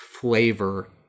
flavor